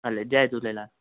हले जय झूलेलाल